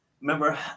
Remember